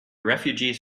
refugees